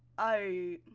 i.